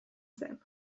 zen